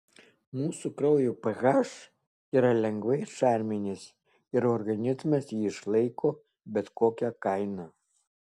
mūsų kraujo ph yra lengvai šarminis ir organizmas jį išlaiko bet kokia kaina